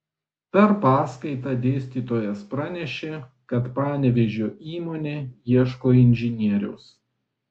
per paskaitą dėstytojas pranešė kad panevėžio įmonė ieško inžinieriaus